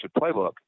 Playbook